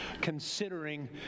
Considering